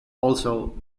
also